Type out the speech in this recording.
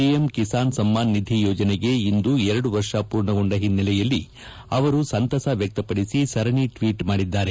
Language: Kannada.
ಪಿಎಂ ಕಿಸಾನ್ ಸಮ್ಮಾನ್ ನಿಧಿ ಯೋಜನೆಗೆ ಇಂದು ಎರಡು ವರ್ಷ ಪೂರ್ಣಗೊಂಡ ಹಿನ್ನೆಲೆಯಲ್ಲಿ ಅವರು ಸಂತಸ ವ್ಯಕ್ತಪಡಿಸಿ ಸರಣಿ ಟ್ಲೀಟ್ ಮಾಡಿದ್ದಾರೆ